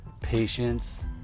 patience